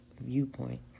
viewpoint